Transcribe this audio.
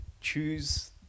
choose